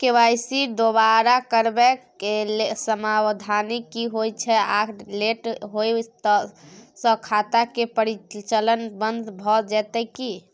KYC दोबारा करबै के समयावधि की होय छै आ लेट होय स खाता के परिचालन बन्द भ जेतै की?